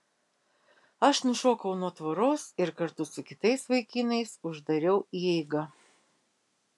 aš nušokau nuo tvoros ir kartu su kitais vaikinais uždariau įeigą